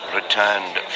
returned